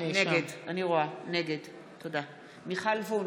נגד מיכל וונש,